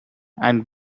and